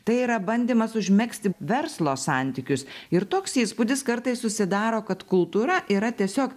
tai yra bandymas užmegzti verslo santykius ir toks įspūdis kartais susidaro kad kultūra yra tiesiog